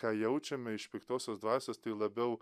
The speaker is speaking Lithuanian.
ką jaučiame iš piktosios dvasios tai labiau